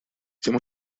тем